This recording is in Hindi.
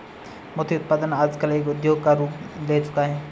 मोती उत्पादन आजकल एक उद्योग का रूप ले चूका है